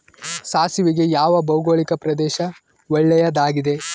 ಸಾಸಿವೆಗೆ ಯಾವ ಭೌಗೋಳಿಕ ಪ್ರದೇಶ ಒಳ್ಳೆಯದಾಗಿದೆ?